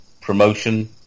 promotion